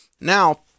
Now